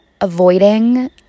avoiding